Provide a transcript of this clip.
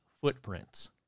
footprints